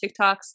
TikToks